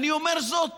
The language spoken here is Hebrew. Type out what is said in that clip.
אני אומר זאת